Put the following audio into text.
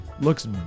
looks